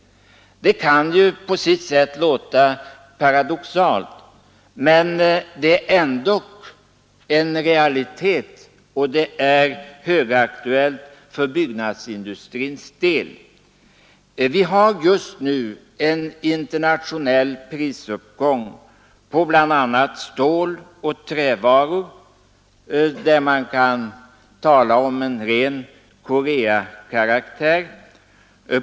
Detta kan låta paradoxalt, men är högaktuellt för byggnadsindustrins del. Vi har just nu en internationell prisuppgång på bl.a. stål och trävaror som är av ren Korea-karaktär.